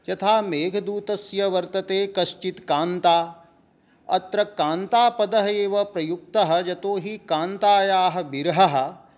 यथा मेघदूतस्य वर्तते कश्चिद् कान्ता अत्र कान्तापदम् एव प्रयुक्तं यतोऽहि कान्तायाः विरहः